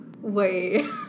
wait